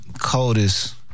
coldest